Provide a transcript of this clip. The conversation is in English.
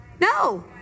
No